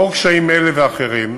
לאור קשיים אלה ואחרים,